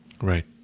Right